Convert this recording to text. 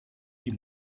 die